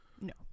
no